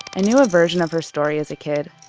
and knew a version of her story as a kid.